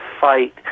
fight